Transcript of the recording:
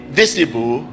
visible